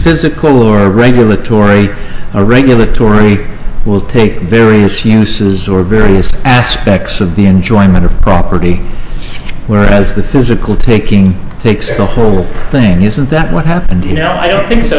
physical or regulatory a regulatory will take various uses or various aspects of the enjoyment of property whereas the physical taking takes the whole thing isn't that what happened you know i don't think so